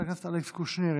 חבר הכנסת אלכס קושניר,